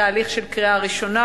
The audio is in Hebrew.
תהליך של קריאה ראשונה,